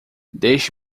deixe